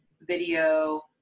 video